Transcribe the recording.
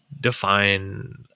define